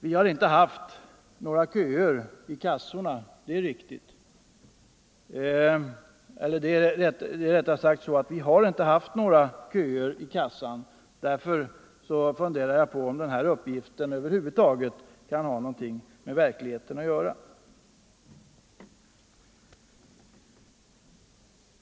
Vi har inte haft några köer i kassorna, och jag funderar därför över om den lämnade berättelsen över huvud taget kan ha något med verkligheten att göra.